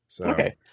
Okay